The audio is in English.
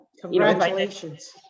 congratulations